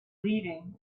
leaving